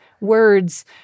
words